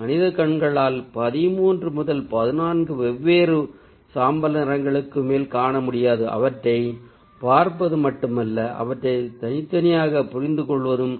மனித கண்களால் 13 முதல் 14 வெவ்வேறு சாம்பல் நிறங்களுக்கு மேல் காண முடியாது அவற்றைப் பார்ப்பது மட்டும் அல்ல அவற்றைத் தனித்தனியாகப் புரிந்துகொள்வதும்